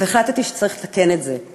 והחלטתי שצריך לתקן את זה.